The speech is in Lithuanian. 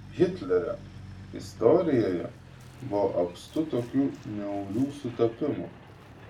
hitlerio istorijoje buvo apstu tokių niaurių sutapimų